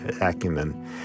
acumen